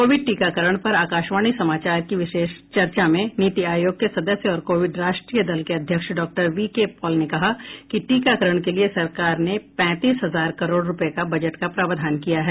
Covid टीकाकरण पर आकाशवाणी समाचार की विशेष चर्चा में नीति आयोग के सदस्य और कोविड राष्ट्रीय कार्यदल के अध्यक्ष डॉ वी के पॉल ने कहा कि टीकाकरण के लिए सरकार ने पैंतीस हजार करोड़ रुपये का बजट का प्रावधान किया है